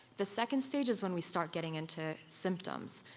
the second stage is when we start getting into symptoms.